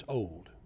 old